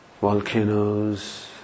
volcanoes